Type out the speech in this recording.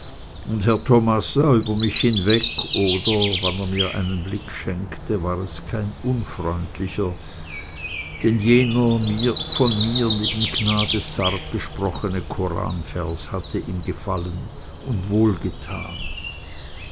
thomas sah über mich hinweg oder wann er mir einen blick schenkte war es kein unfreundlicher denn jener von mir neben gnades sarg gesprochene koranvers hatte ihm gefallen und